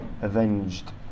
avenged